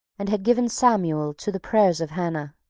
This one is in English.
and had given samuel to the prayers of hannah.